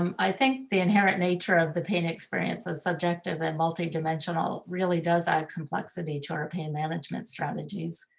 um i think the inherent nature of the pain experience is subjective and multi-dimensional really does add complexity to our pain management strategies.